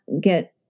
get